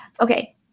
Okay